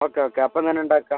okay okay അപ്പം തന്നെ ഉണ്ടാക്കാം